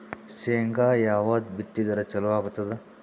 ಶೇಂಗಾ ಯಾವದ್ ಬಿತ್ತಿದರ ಚಲೋ ಆಗತದ?